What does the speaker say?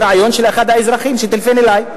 היא רעיון של אחד האזרחים שטלפן אלי,